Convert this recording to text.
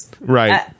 Right